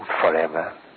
forever